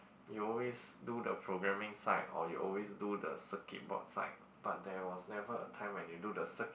you always do the programming side or you always do the circuit box side but there was never a time when you do the circuit